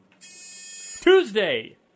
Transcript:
Tuesday